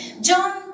John